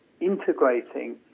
integrating